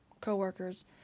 coworkers